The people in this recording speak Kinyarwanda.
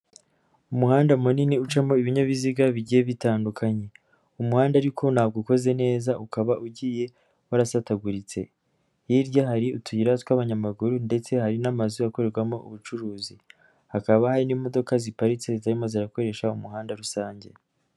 Umuhanda munini ucamo ibinyabiziga bigiye bitandukanye. Umuhanda ariko ntabwo ukoze neza, ukaba ugiye warasataguritse. Hirya hari utuyira tw'abanyamaguru ndetse hari n'amazu akorerwamo ubucuruzi, hakaba hari n'imodoka ziparitse zirimo zirakoresha umuhanda rusange.